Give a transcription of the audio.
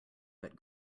but